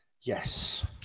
Yes